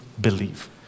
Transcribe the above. believe